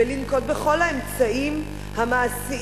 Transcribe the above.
ולנקוט את כל האמצעים המעשיים,